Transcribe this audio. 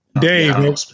Dave